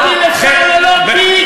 מה זה רלוונטי לשר ללא תיק?